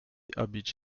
habite